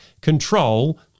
control